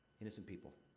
innocent people.